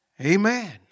Amen